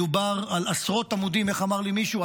מדובר על עשרות עמודים איך אמר לי מישהו,